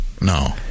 No